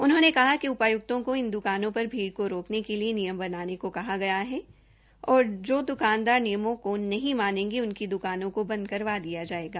उन्होंने कहा कि उपायुक्तों को इन द्रकानों पर भीड़ को रोकने के लिए नियम बनाने को का गया है और जो द्कानदार नियमों को नहीं मानेंगे उनकी द्काने को बंद करवा दिया जायेगा